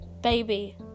baby